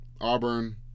Auburn